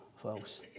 folks